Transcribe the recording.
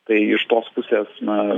tai iš tos pusės na